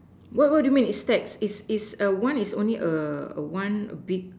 what what do you mean it stacks is is a one is only err one big